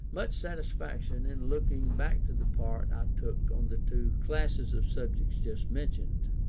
much satisfaction in looking back to the part i took on the two classes of subjects just mentioned.